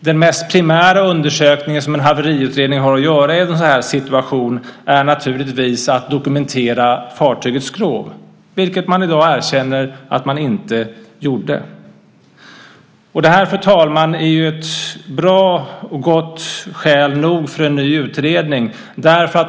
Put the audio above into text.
Den mest primära undersökning som en haveriutredning har att göra i en sådan här situation är naturligtvis att dokumentera fartygets skrov, vilket man i dag erkänner att man inte gjorde. Det här, fru talman, är ett gott skäl för en ny utredning.